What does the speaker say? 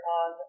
on